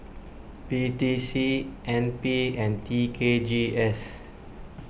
P T C N P and T K G S